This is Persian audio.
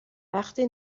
وقتی